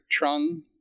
Trung